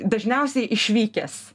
dažniausiai išvykęs